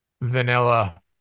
vanilla